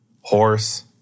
horse